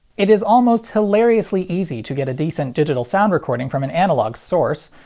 it is almost hilariously easy to get a decent digital sound recording from an analog source.